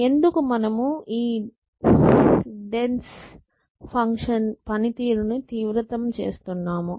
ఎందుకు మనము ఈ డెన్స్ ఫంక్షన్ పనితీరును తీవ్రతరం చేస్తున్నాము